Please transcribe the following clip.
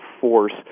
force